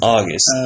August